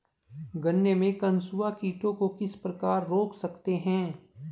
गन्ने में कंसुआ कीटों को किस प्रकार रोक सकते हैं?